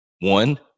One